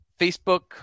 Facebook